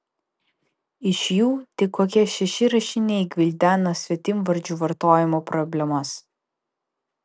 iš jų tik kokie šeši rašiniai gvildena svetimvardžių vartojimo problemas